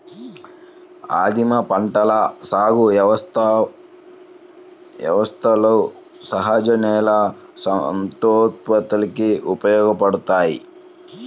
ఆదిమ పంటల సాగు వ్యవస్థలు సహజ నేల సంతానోత్పత్తికి ఉపయోగపడతాయి